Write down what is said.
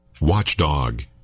Watchdog